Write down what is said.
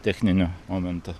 techninio momento